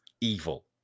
evil